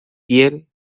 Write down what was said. piel